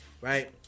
right